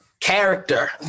Character